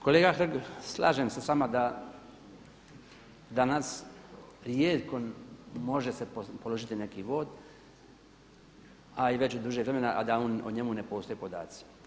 Kolega Hrg, slažem se s vama da danas rijetko može se položiti neki vod, a i već duže vremena a da o njemu ne postoje podaci.